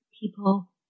people